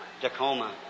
Tacoma